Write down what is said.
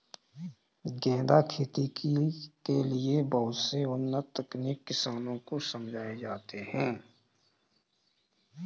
गेंदा की खेती के लिए बहुत से उन्नत तकनीक किसानों को समझाए जाते हैं